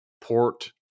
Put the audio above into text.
port